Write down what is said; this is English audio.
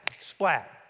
splat